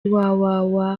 www